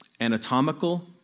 anatomical